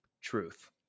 Truth